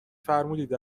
فرمودید